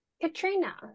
Katrina